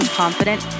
confident